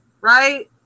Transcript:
right